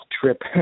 trip